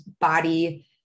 body